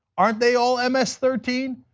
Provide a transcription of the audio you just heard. aren't they all ms thirteen?